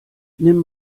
nimm